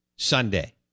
Sunday